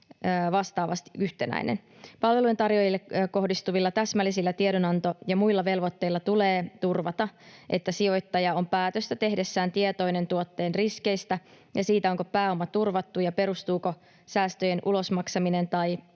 vastaavasti yhtenäinen. Palvelujen tarjoajille kohdistuvilla täsmällisillä tiedonanto- ja muilla velvoitteilla tulee turvata, että sijoittaja on päätöstä tehdessään tietoinen tuotteen riskeistä ja siitä, onko pääoma turvattu ja perustuuko säästöjen ulosmaksaminen tai